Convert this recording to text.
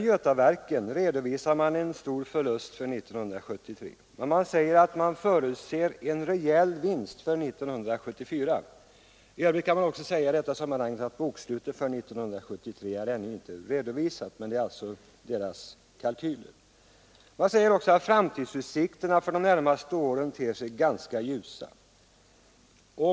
Götaverken redovisar en stor förlust för 1973, men man förutser en rejäl vinst för 1974. Jag vill påpeka i detta sammanhang att bokslutet för 1973 ännu inte är redovisat — förlusten framgår alltså av företagets kalkyler. Framtidsutsikterna för de närmaste åren ter sig ganska ljusa.